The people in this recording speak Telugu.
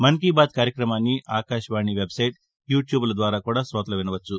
మన్కీబాత్ కార్యక్రమాన్ని ఆకాశవాణి వెబ్సైట్ యూ ట్యూబ్ల ద్వారా కూడా కోతలు వినవచ్చు